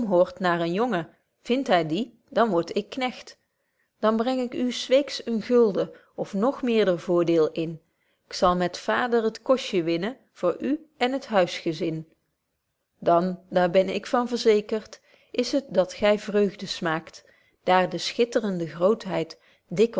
naar een jongen vind hy dien dan word ik knegt betje wolff proeve over de opvoeding dan breng ik u s weeks een gulden of nog meerder voordeel in k zal met vader t kostje winnen voor u en het huisgezin dan daar ben ik van verzekerd is het dat gy vreugde smaakt daar de schitterende grootheid